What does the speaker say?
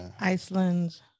iceland